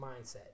mindset